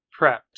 prepped